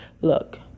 look